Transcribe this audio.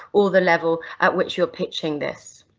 or the level at which you're pitching this.